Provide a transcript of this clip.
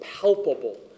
palpable